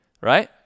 Right